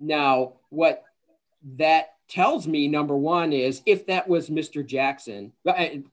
now what that tells me number one is if that was mr jackson and